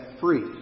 free